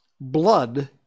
blood